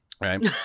Right